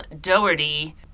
Doherty